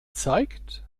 zeigt